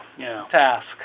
task